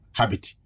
habit